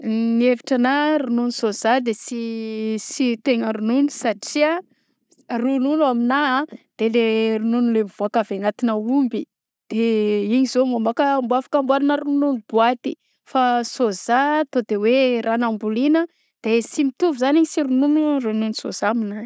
Ny hevitranah de ronono sôza de sy sy tena ronono satria s- ronono aminahy de le ronono le mivoaka avy anatina omby de igny zao mamaôka mbô afaka amboarina ronono boaty fa sôza to de hoe raha nambolina de sy mitovy zany sy ronono ronono sôza aminahy.